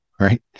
right